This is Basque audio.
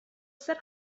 zer